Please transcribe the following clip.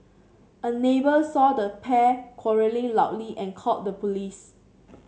a neighbour saw the pair quarrelling loudly and called the police